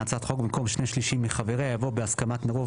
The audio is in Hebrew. במקום 'שני שלישים מחבריה' יבוא 'בהסכמת רוב